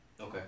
okay